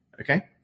okay